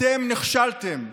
אתם נכשלתם.